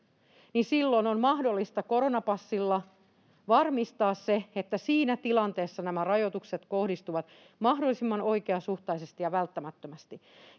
silloin on mahdollista koronapassilla varmistaa se, että siinä tilanteessa nämä rajoitukset kohdistuvat mahdollisimman oikeasuhtaisesti ja välttämättömästi.